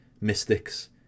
mystics